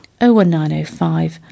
01905